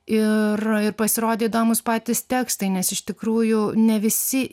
ir ir pasirodė įdomūs patys tekstai nes iš tikrųjų ne visi